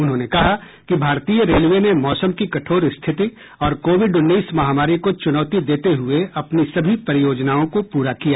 उन्होंने कहा कि भारतीय रेलवे ने मौसम की कठोर स्थिति और कोविड उन्नीस महामारी को चुनौती देते हुए अपनी सभी परियोजनाओं को पूरा किया है